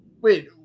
wait